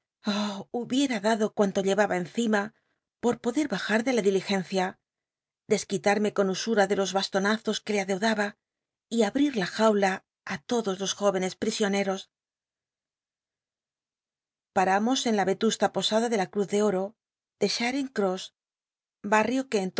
hubiera dado cuanto llc aba encima por poder bajar de la diligencia desq uitarme con usura de los bastonazos que le adeudaba y abril la jaula ti lodos los jó ene pl isioneros paramos en la vetusta posada de la cruz de oro io